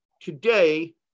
Today